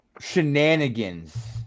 shenanigans